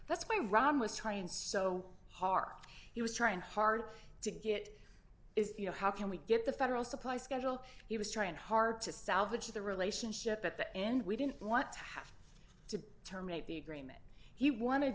that's why rahm was trying so hard he was trying hard to get is you know how can we get the federal supply schedule he was trying hard to salvage the relationship at the end we didn't want to have to terminate the agreement he wanted